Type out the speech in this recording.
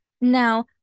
Now